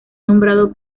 nombrado